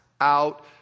out